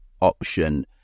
option